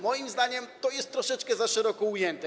Moim zdaniem to jest troszeczkę za szeroko ujęte.